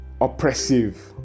oppressive